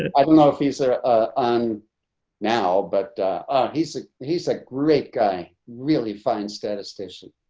and i don't know if he's ah ah on now but he's a he's a great guy, really fun statistician.